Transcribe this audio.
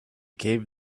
gave